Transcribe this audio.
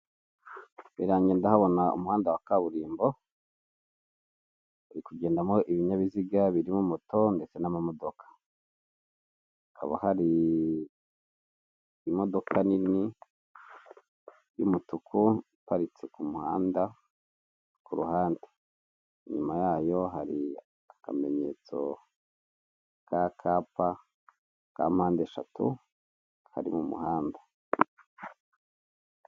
Imbere yange ndahabona umuhanda wa kaburimbo, uri kugendamo ibinyabiziga birimo moto, ndetse n'amamodoka, hakaba hari imodoka nini, y'umutuku iparitse ku muhanda, kuruhande, inyuma yayo hari akamenyetso kakapa, ka mpande eshatu kari mu muhanda.